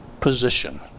position